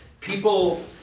people